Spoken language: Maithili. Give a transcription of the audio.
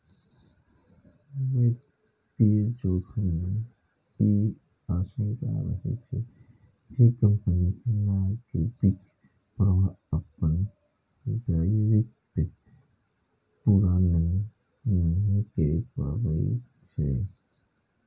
वित्तीय जोखिम मे ई आशंका रहै छै, जे कंपनीक नकदीक प्रवाह अपन दायित्व पूरा नहि कए पबै छै